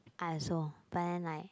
I also but then like